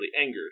angered